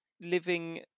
living